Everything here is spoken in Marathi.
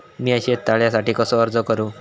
मीया शेत तळ्यासाठी कसो अर्ज करू?